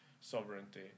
sovereignty